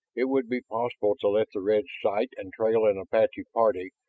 it would be possible to let the reds sight and trail an apache party.